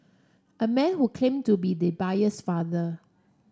a man who claimed to be the buyer's father